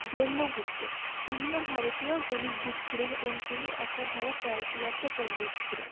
ব্রহ্মগুপ্ত তিনিও ভারতীয় গণিতবিদ ছিলেন এবং তিনি একাধারে ক্যালকুলাসে পন্ডিত ছিলেন